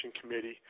committee